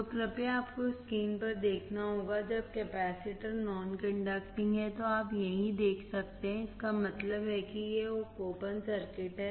तो कृपया आपको स्क्रीन पर देखना होगा जब कैपेसिटर नॉन कंडक्टिंग है तो आप यहीं देख सकते हैं इसका मतलब है कि यह एक ओपनसर्किट है